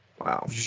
Wow